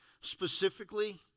specifically